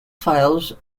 files